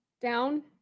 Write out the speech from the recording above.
down